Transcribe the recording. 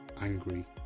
angry